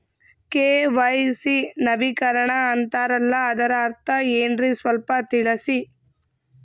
KYC ನವೀಕರಣ ಅಂತಾರಲ್ಲ ಅದರ ಅರ್ಥ ಏನ್ರಿ ಸ್ವಲ್ಪ ತಿಳಸಿ?